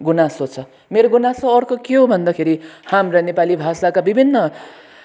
गुनासो छ मेरो गुनासो अर्को के हो भन्दाखेरि हाम्रा नेपाली भाषाका विभिन्न